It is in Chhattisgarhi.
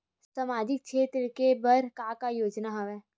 सामाजिक क्षेत्र के बर का का योजना हवय?